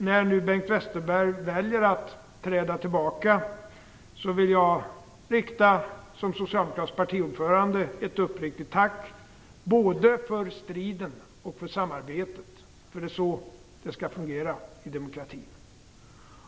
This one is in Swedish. När nu Bengt Westerberg väljer att träda tillbaka vill jag som socialdemokratisk partiordförande rikta ett uppriktigt tack både för striden och för samarbetet. För det är så det skall fungera i demokratin.